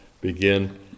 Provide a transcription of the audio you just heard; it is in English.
begin